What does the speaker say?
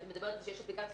את מדברת על אפליקציה,